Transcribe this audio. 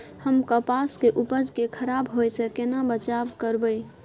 हम कपास के उपज के खराब होय से केना बचाव करबै?